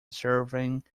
serving